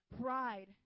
pride